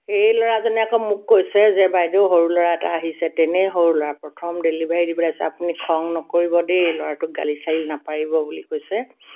এই ল'ৰাজনে আকৌ মোক কৈছে যে বাইদেউ সৰু ল'ৰা এটা আহিছে তেনেই সৰু ল'ৰা প্ৰথম ডেলিভাৰি দিবলৈ আহিছে আপুনি খং নকৰিব দেই ল'ৰাটোক গালি চালি নাপাৰিব বুলি কৈছে